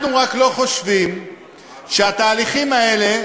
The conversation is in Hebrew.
אנחנו רק לא חושבים שהתהליכים האלה,